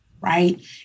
right